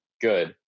good